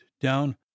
down